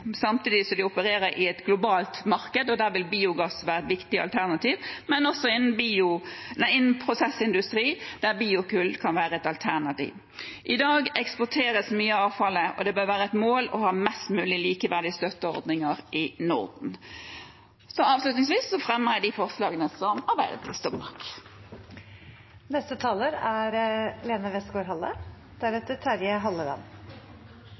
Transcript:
samtidig som de opererer i et globalt marked. Der vil biogass være et viktig alternativ, men også innenfor prosessindustri, der biokull kan være et alternativ. I dag eksporteres mye av avfallet, og det bør være et mål å ha mest mulig likeverdige støtteordninger i Norden.